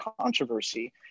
controversy